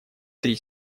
три